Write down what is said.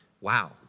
Wow